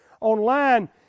online